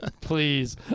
Please